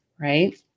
right